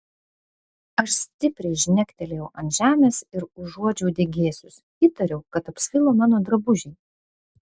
aš stipriai žnektelėjau ant žemės ir užuodžiau degėsius įtariau kad apsvilo mano drabužiai